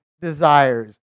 desires